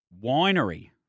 winery